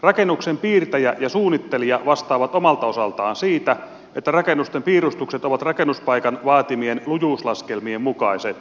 rakennuksen piirtäjä ja suunnittelija vastaavat omalta osaltaan siitä että rakennusten piirustukset ovat rakennuspaikan vaatimien lujuuslaskelmien mukaiset